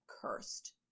Cursed